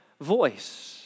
voice